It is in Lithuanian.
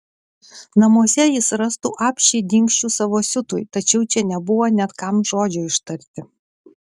namuose jis rastų apsčiai dingsčių savo siutui tačiau čia nebuvo net kam žodžio ištarti